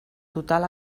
total